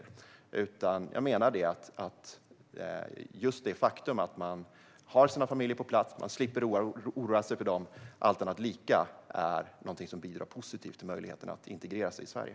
Jag menar att just faktumet att man har sin familj på plats och slipper oroa sig för den är någonting som bidrar positivt till möjligheten att integrera sig i Sverige.